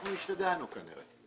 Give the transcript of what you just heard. אנחנו השתגענו כאן.